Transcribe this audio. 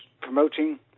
promoting